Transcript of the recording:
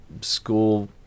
school